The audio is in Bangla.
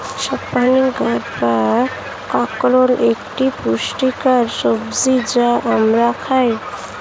স্পাইনি গার্ড বা কাঁকরোল এক পুষ্টিকর সবজি যা আমরা খাই